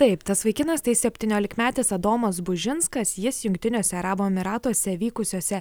taip tas vaikinas tai septyniolikmetis adomas bužinskas jis jungtiniuose arabų emyratuose vykusiose